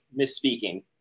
misspeaking